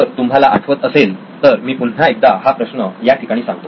जर तुम्हाला आठवत असेल तर मी पुन्हा एकदा हा प्रश्न याठिकाणी सांगतो